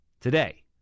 Today